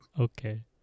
okay